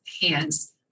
hands